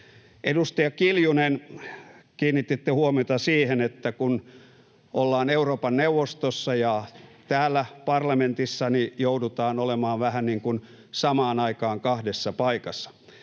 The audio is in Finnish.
Edustaja Kiljunen, kiinnititte huomiota siihen, että kun ollaan Euroopan neuvostossa ja täällä parlamentissa, niin joudutaan olemaan samaan aikaan vähän niin kuin kahdessa paikassa.